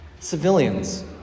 Civilians